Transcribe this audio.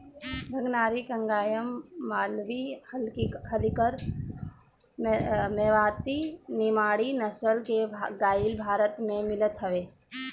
भगनारी, कंगायम, मालवी, हल्लीकर, मेवाती, निमाड़ी नसल के गाई भारत में मिलत हवे